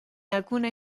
alcune